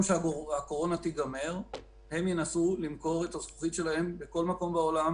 שהקורונה תיגמר הם ינסו למכור את הזכוכית שלהם בכל מקום בעולם